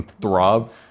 Throb